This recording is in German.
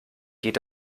geht